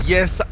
Yes